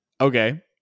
Okay